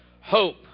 Hope